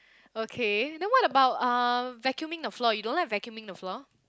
okay then what about uh vacuuming the floor you don't like vacuuming the floor